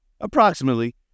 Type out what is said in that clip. approximately